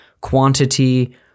quantity